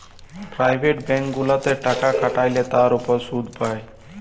private bank গুলাতে টাকা খাটাল্যে তার উপর শুধ পাই